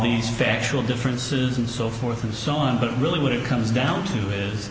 these factual differences and so forth and so on but really what it comes down to is